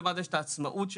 לבד לה יש את העצמאות שלה,